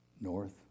north